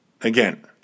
Again